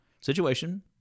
situation